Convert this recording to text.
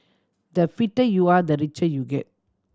the fitter you are the richer you get